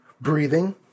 breathing